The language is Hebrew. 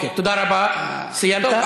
תודה רבה, סיימת.